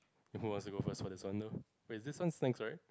who wants to go first for this one though wait this one's next right